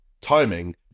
timing